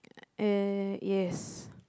uh yes